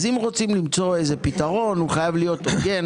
אז אם רוצים למצוא איזה פתרון הוא חייב להיות הוגן